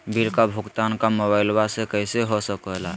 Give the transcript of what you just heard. Bill का भुगतान का मोबाइलवा से हो सके ला?